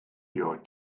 your